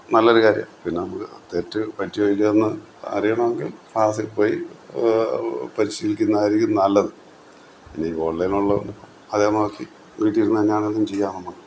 നല്ലൊരു കാര്യം പിന്നെ നമുക്ക് തെറ്റു പറ്റിയോ ഇല്ലയോയെന്ന് അറിയണമെങ്കിൽ ക്ലാസ്സിൽ പോയി പരിശീലിക്കുന്നതായിരിക്കും നല്ലത് ഇനി ഓൺലൈനിൽ ഉള്ള അതെ നോക്കി വീട്ടിൽ ഇരുന്നെങ്ങാനും ചെയ്യാം നമുക്ക്